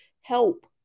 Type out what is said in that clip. help